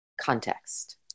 context